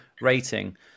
rating